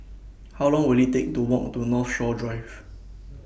How Long Will IT Take to Walk to Northshore Drive